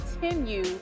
continue